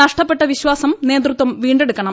നഷ്ടപ്പെട്ട വിശ്വാസം നേതൃത്വം വീണ്ടെടുക്കണം